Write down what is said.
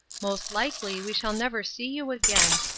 most likely we shall never see you again,